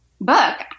book